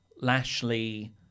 Lashley